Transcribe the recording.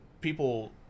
people